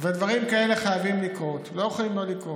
ודברים כאלה חייבים לקרות ולא יכולים לא לקרות.